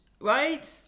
Right